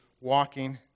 walking